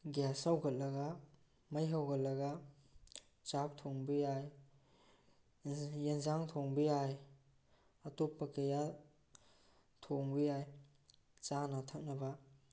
gas ꯍꯧꯒꯠꯂꯒ ꯃꯩ ꯍꯧꯒꯠꯂꯒ ꯆꯥꯛ ꯊꯣꯡꯕ ꯌꯥꯏ ꯑꯦꯟꯁꯥꯡ ꯊꯣꯡꯕ ꯌꯥꯏ ꯑꯇꯣꯞꯄ ꯀꯌꯥ ꯊꯣꯡꯕ ꯌꯥꯏ ꯆꯥꯅ ꯊꯛꯅꯕ